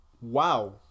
Wow